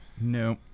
No